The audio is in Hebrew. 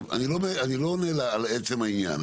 אני לא מדבר על עצם העניין,